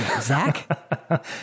Zach